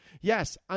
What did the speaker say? Yes